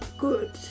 good